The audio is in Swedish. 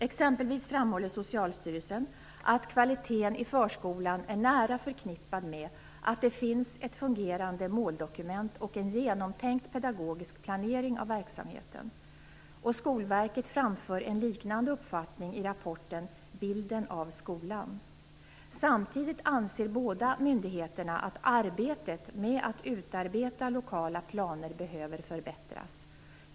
Exempelvis framhåller Socialstyrelsen att kvaliteten i förskolan är nära förknippad med att det finns ett fungerande måldokument och en genomtänkt pedagogisk planering av verksamheten. Skolverket framför en liknande uppfattning i rapporten Bilden av skolan. Samtidigt anser båda myndigheterna att arbetet med att utarbeta lokala planer behöver förbättras.